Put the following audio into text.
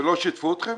ולא שיתפו אתכם?